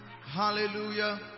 Hallelujah